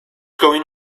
going